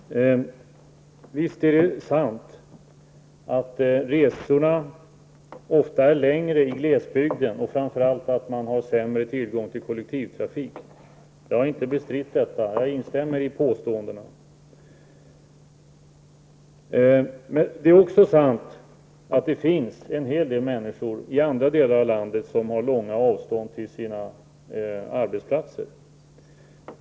Herr talman! Visst är det sant att resorna ofta är längre i glesbygden och framför allt att man har sämre tillgång till kollektivtrafk. Jag har inte bestritt detta, utan jag instämmer i påståendena. Det är också sant att det finns en hel del människor i andra delar av landet som har långa avstånd till sina arbetsplatser.